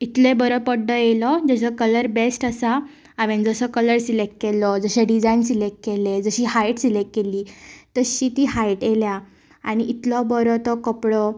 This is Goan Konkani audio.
इतले बरो पड्डो येलो जेचो कलर बेस्ट आसा हांवें जसो कलर सिलेक्ट केल्लो जशें डिझायन केल्लें जशी हायट सिलेक्ट केल्ली तशी ती हायट येल्या आनी इतलो बरो तो कपडो